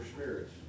spirits